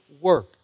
work